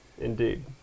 Indeed